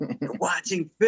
watching